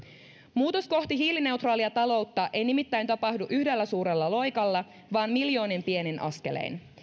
muutos kohti hiilineutraalia taloutta ei nimittäin tapahdu yhdellä suurella loikalla vaan miljoonin pienin askelein